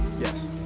yes